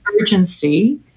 urgency